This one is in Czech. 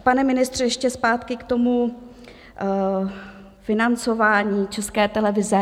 Pane ministře, ještě zpátky k tomu financování České televize.